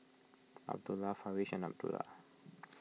Abdullah Farish and Abdullah